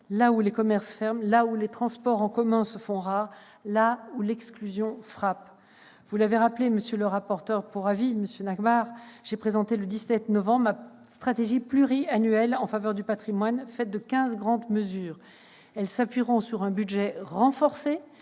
là où les commerces ferment, là où les transports en commun se font rares, là où l'exclusion frappe. Vous l'avez rappelé, monsieur le rapporteur pour avis, j'ai présenté le 17 novembre ma stratégie pluriannuelle en faveur du patrimoine, laquelle comprend quinze grandes mesures. Elle s'appuiera sur un budget renforcé.